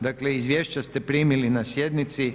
Dakle, izvješće ste primili na sjednici.